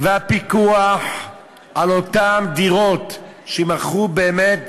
והפיקוח על אותן דירות, שיימכרו באמת